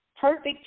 perfect